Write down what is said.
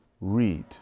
read